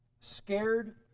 scared